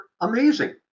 amazing